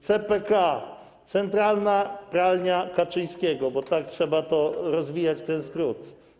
CPK - centralna pralnia Kaczyńskiego, bo tak trzeba rozwijać ten skrót.